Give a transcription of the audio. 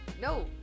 no